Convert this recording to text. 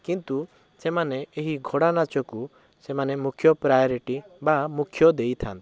କିନ୍ତୁ ସେମାନେ ଏହି ଘୋଡ଼ା ନାଚକୁ ସେମାନେ ମୁଖ୍ୟ ପ୍ରାୟୋରିଟି ବା ମୁଖ୍ୟ ଦେଇଥାନ୍ତି